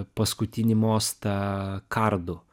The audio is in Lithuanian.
paskutinį mostą kardu